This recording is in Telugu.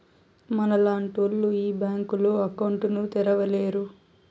మనలాంటోళ్లు ఈ బ్యాంకులో అకౌంట్ ను తెరవలేరు